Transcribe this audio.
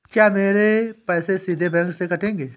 क्या मेरे पैसे सीधे बैंक से कटेंगे?